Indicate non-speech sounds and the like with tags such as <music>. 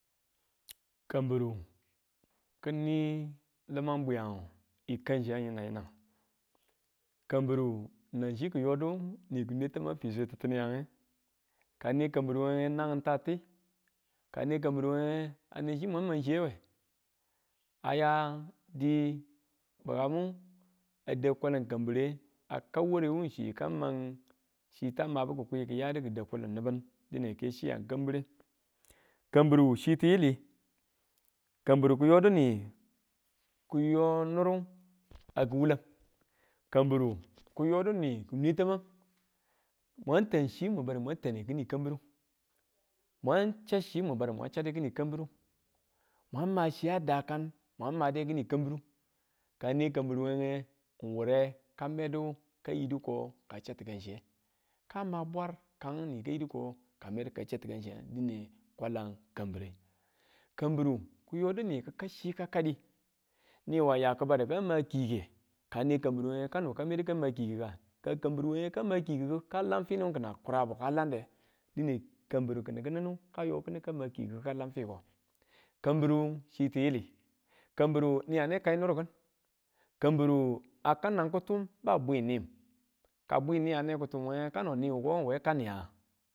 Kambiru, kini limang bwiyang yi kangchiyang yina yinag, kambiru nan chi kiyodu ni nwe tamang fiswe titiniyange, ka ne kambiruwenge nangin ta ti, kane kambiruwenge a chi mwang mang chiyewe, a ya dii bukammu a dau kwalan kambuire a kau ware wu chi ka mang chi ta mabu ki̱kwi kiyadu ki dau kulun nibin dine ke chi yan kambire, kambiru chi tiyili, kambiru ki yodu ni, ki yo niru a kiwula, <noise> kambiru kiyodu niki nwe tang chi mun badu mwan tane kini kambiru, mwan chau chi mun badu mwan chade kini kambiru, mwan ma chiya daka mwang made kane kambiru kane kambiruwenge wure medu kayiduko chau tikan chiye? ka ma bwar kangu ni ka yidu ko ka chau tikanchiyang dine kwalan kambire, kambiru kiyo ni ka kau chi ka kadi, niwa a ya kibadu ka ma kiike kane kambiru we kano ka medu ka ma kiikinga? ka kambiru wenge kama kiiku ku ka lam finu kina kurabe ka lande dine kambiru kini kinimu kayo kinu kama kiikiku ka lam fiko kambiru chi tiyili kambiru ni a ne kai nir ki̱n kambiru a kau nan kitum ba bwinnim, ka bwini ane kitumwenge kano niwu ko we ka̱n niya?